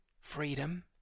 Freedom